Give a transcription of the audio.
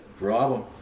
Problem